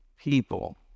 people